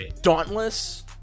Dauntless